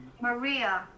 Maria